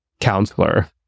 counselor